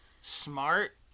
smart